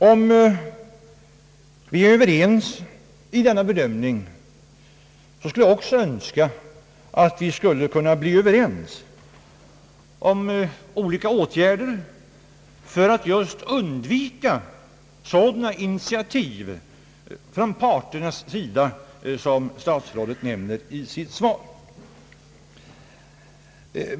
Om vi är överens vid denna bedömning, så skulle jag också önska att vi skulle kunna bli överens om olika åtgärder för att just undvika sådana initiativ från parternas sida som statsrådet nämner i sitt svar.